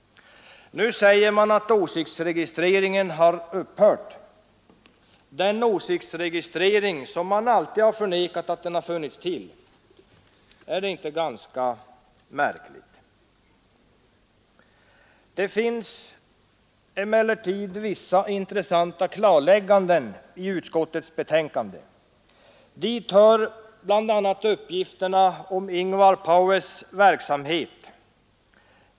Nu säger man att åsiktsregistreringen har upphört, den åsiktsregistrering som man alltid har förnekat att den funnits till. Är det inte ganska märkligt? Det finns emellertid vissa intressanta klarlägganden i utskottets betänkande. Dit hör bl.a. uppgifterna om Ingvar Paues” verksamhet.